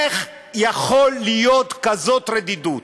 איך יכולה להיות כזאת רדידות?